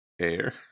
Air